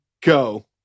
go